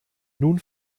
nun